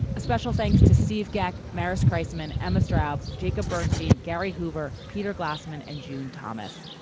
a special thanks to steve gack, maris cressman, emma straub, jacob bernstein, gary hoover, peter glassman and jun thomas.